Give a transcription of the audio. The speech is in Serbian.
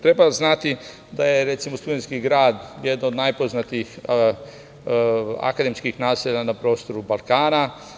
Treba znati da je Studentski grad jedan od najpoznatijih akademskih naselja na prostoru Balkana.